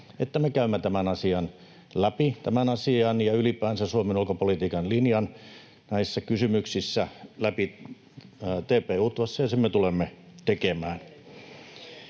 että me käymme läpi tämän asian ja ylipäänsä Suomen ulkopolitiikan linjan näissä kysymyksissä TP-UTVAssa, ja sen me tulemme tekemään.